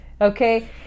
okay